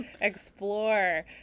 explore